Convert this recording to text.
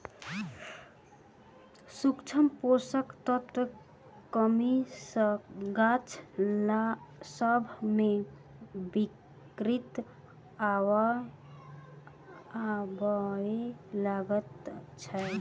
सूक्ष्म पोषक तत्वक कमी सॅ गाछ सभ मे विकृति आबय लागैत छै